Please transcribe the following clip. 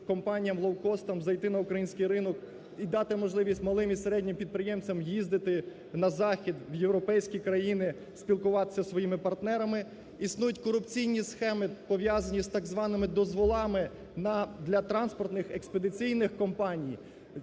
компаніям-лоукостам зайти на український ринок і дати можливість малим і середнім підприємцям їздити на захід, в європейські країни спілкуватися зі своїми партнерами, існують корупційні схеми пов'язані з так званими дозволами на… для транспортних експедиційних компаній.